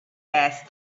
asked